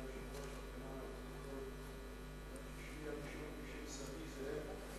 אדוני היושב-ראש שמי הראשון הוא כשם סבי זאב,